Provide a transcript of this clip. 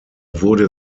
wurde